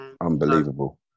Unbelievable